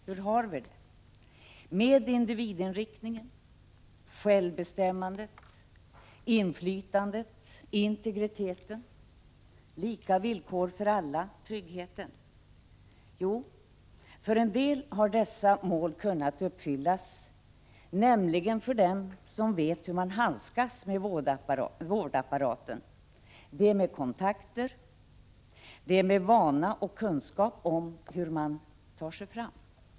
Hur har vi det med individinriktningen, självbestämmandet, inflytandet, integriteten, lika villkor för alla, tryggheten? Jo, för en del har dessa mål kunnat uppfyllas, nämligen för dem som vet hur man handskas med vårdapparaten, för dem med kontakter, för dem med vana och kunskaper om hur man tar sig fram.